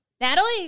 Natalie